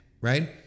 right